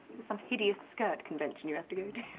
some hideous skirt convention you have to go to.